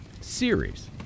series